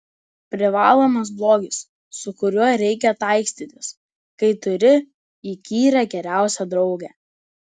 privalomas blogis su kuriuo reikia taikstytis kai turi įkyrią geriausią draugę